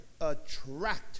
attract